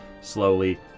slowly